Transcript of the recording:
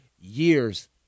years